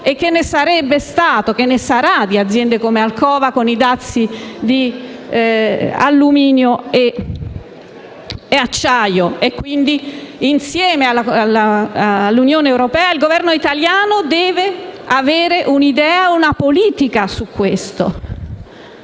chiuso? Che ne sarà di aziende come Alcoa con i dazi su alluminio e acciaio? Insieme all'Unione europea, il Governo italiano deve avere un'idea e una politica su questo.